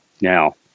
Now